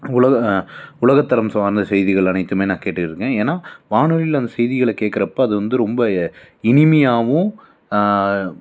உலக உலகத்தரம் சார்ந்த செய்திகள் அனைத்துமே நான் கேட்டுகிட்டு இருக்கேன் ஏன்னால் வானொலியில் அந்த செய்திகளை கேட்குறப்ப அது வந்து ரொம்ப இனிமையாகவும்